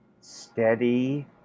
Steady